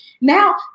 now